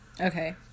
Okay